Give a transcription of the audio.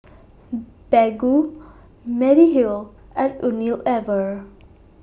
Baggu Mediheal and Unilever